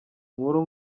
nkuru